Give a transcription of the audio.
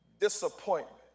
disappointment